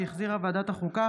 שהחזירה ועדת החוקה,